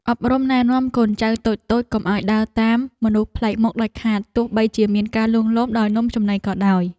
អប់រំណែនាំកូនចៅតូចៗកុំឱ្យដើរតាមមនុស្សប្លែកមុខដាច់ខាតទោះបីជាមានការលួងលោមដោយនំចំណីក៏ដោយ។